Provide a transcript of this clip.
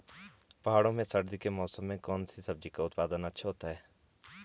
पहाड़ों में सर्दी के मौसम में कौन सी सब्जी का उत्पादन अच्छा होता है?